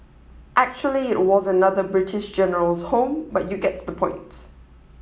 actually it was another British General's home but you get the point